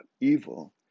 evil